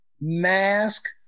mask